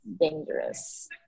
dangerous